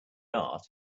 art